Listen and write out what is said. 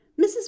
Mrs